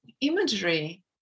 imagery